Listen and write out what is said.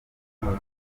noneho